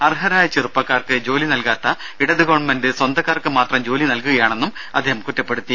അർഹരായ ചെറുപ്പക്കാർക്ക് ജോലി നൽകാത്ത ഇടത് ഗവൺമെന്റ് സ്വന്തക്കാർക്ക് മാത്രം ജോലി നൽകുകയാണെന്ന് അദ്ദേഹം പറഞ്ഞു